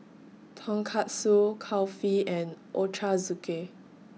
Tonkatsu Kulfi and Ochazuke